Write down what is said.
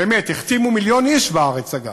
באמת, החתימו מיליון איש בארץ, אגב,